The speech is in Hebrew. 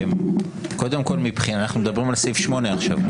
קודם כול אנחנו מדברים על סעיף 8 עכשיו.